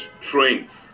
strength